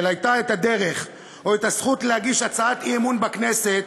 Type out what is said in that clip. הייתה הדרך או הזכות להגיש הצעת אי-אמון בכנסת